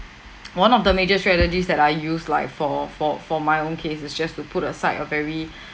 one of the major strategies that I use like for for for my own case is just to put aside a very